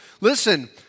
listen